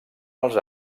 als